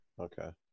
Okay